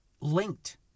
linked